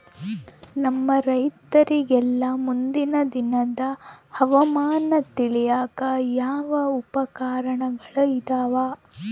ನಮ್ಮ ರೈತರಿಗೆಲ್ಲಾ ಮುಂದಿನ ದಿನದ ಹವಾಮಾನ ತಿಳಿಯಾಕ ಯಾವ ಉಪಕರಣಗಳು ಇದಾವ?